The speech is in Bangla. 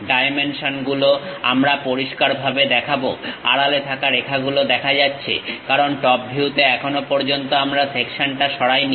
ডাইমেনশন গুলো আমরা পরিস্কারভাবে দেখাবো আড়ালে থাকা রেখাগুলো দেখা যাচ্ছে কারণ টপ ভিউতে এখনো পর্যন্ত আমরা সেকশনটা সরাইনি